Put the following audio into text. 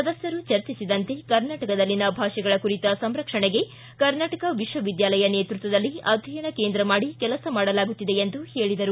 ಸದಸ್ಯರು ಚರ್ಚಿಸಿದಂತೆ ಕರ್ನಾಟಕದಲ್ಲಿನ ಭಾಷೆಗಳ ಕುರಿತ ಸಂರಕ್ಷಣೆಗೆ ಕರ್ನಾಟಕ ವಿಶ್ವವಿದ್ಯಾಲಯ ನೇತೃತ್ವದಲ್ಲಿ ಅಧ್ಯಯನ ಕೇಂದ್ರ ಮಾಡಿ ಕೆಲಸ ಮಾಡಲಾಗುತ್ತಿದೆ ಎಂದು ಹೇಳಿದರು